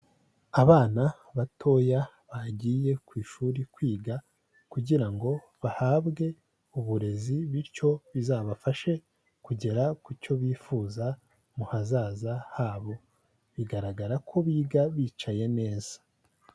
Abana batoya bagiye ku ishuri kwiga, kugira ngo bahabwe uburezi bityo bizabafashe kugera ku cyo bifuza mu hazaza habo, bigaragara ko biga bicaye neza.